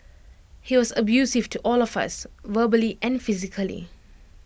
he was abusive to all of us verbally and physically